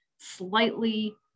slightly